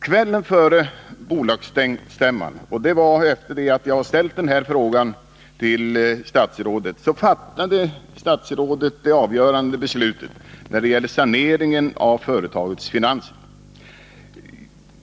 Kvällen före bolagsstämman — det var efter det att jag hade ställt den här frågan till statsrådet — fattade statsrådet det avgörande beslutet när det gällde saneringen av företagets finanser.